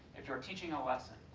if you're teaching lesson,